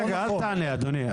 אל תענה אדוני,